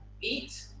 eat